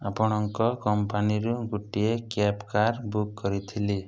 ଆପଣଙ୍କ କମ୍ପାନୀରୁ ଗୋଟିଏ କ୍ୟାବ କାର୍ ବୁକ୍ କରିଥିଲି